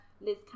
Liz